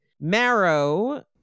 Marrow